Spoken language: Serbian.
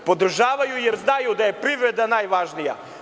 Podržavaju jer znaju da je privreda najvažnija.